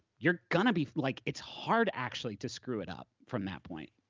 you're gonna be, like, it's hard actually to screw it up from that point.